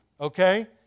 okay